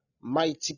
mighty